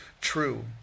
true